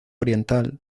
oriental